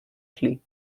clés